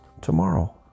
tomorrow